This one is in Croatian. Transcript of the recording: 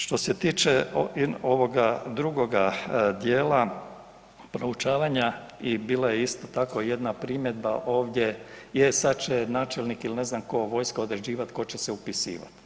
Što se tiče ovoga drugoga djela, proučavanja i bila je isto tako jedna primjedba ovdje, je sad će načelnik ili ne znam tko, vojska određivat tko će se upisivati.